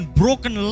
broken